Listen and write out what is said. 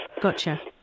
Gotcha